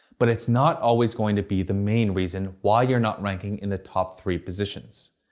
but it's not always going to be the main reason why you're not ranking in the top three positions.